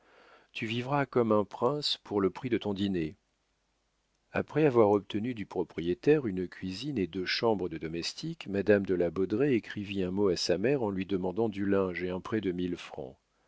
tu vivras comme un prince pour le prix de ton dîner après avoir obtenu du propriétaire une cuisine et deux chambres de domestiques madame de la baudraye écrivit deux mots à sa mère en lui demandant du linge et un prêt de mille francs